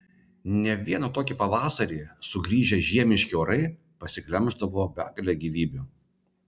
ne vieną tokį pavasarį sugrįžę žiemiški orai pasiglemždavo begalę gyvybių